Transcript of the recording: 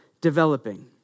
developing